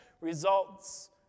results